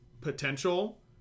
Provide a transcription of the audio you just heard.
potential